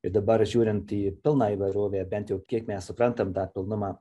ir dabar žiūrint į pilną įvairovę bent jau kiek mes suprantam tą pilnumą